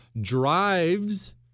drives